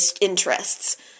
interests